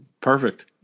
Perfect